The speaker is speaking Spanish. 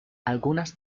algunas